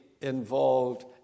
involved